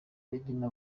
regina